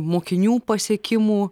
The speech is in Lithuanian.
mokinių pasiekimų